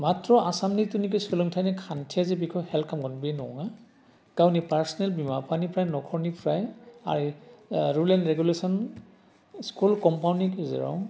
मात्र आसामनि थुनाखि सोलोंथाइनि खान्थिया जे बेखौ हेल्प खालामगोन बे नङा गाविनि पारसिनेल बिमा बिफानिफ्राय नखरनिफ्राय आरो ओह रुल एन रिगुलेसन स्कुल कमपाउन्डनि गेजेराव